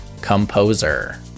Composer